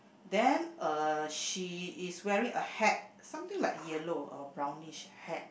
then uh she is wearing a hat something like yellow or brownish hat